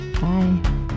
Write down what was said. Bye